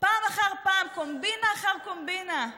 פעם אחר פעם, קומבינה אחר קומבינה.